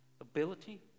Ability